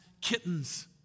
kittens